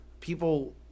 people